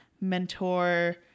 mentor